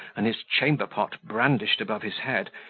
and his chamber-pot brandished above his head,